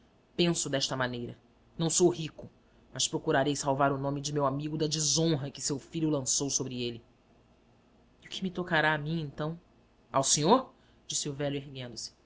penso desta maneira não sou rico mas procurarei salvar o nome de meu amigo da desonra que seu filho lançou sobre ele e o que me tocará a mim então ao senhor disse o velho erguendo-se